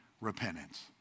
repentance